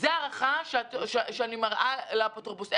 זו ההערכה שאני מראה לאפוטרופוס הכללי.